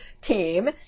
team